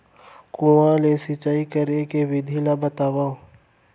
कुआं ले सिंचाई करे के विधि ला बतावव?